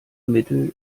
mittel